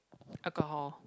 alcohol